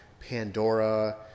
Pandora